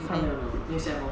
还没有没有 need sign more